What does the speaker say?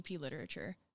literature